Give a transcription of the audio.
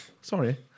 Sorry